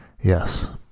Yes